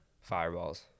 Fireballs